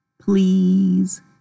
please